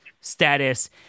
status